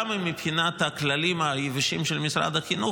גם אם מבחינת הכללים היבשים של משרד החינוך,